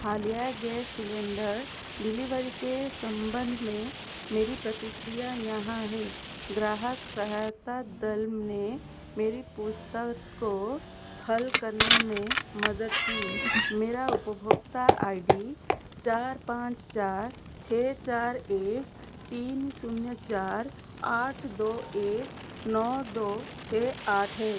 हालिया gas cylinder delivery के संबंध में मेरी प्रतिक्रिया यहां है ग्राहक सहायता दल ने मेरी पूछताछ को हल करने में मदद की मेरा उपभोक्ता आई डी चार पाँच चार छः चार एक तीन शून्य चार आठ दो एक नौ दो छः आठ है